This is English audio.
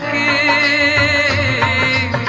a